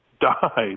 died